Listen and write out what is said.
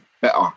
better